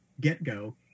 get-go